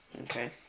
Okay